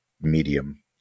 medium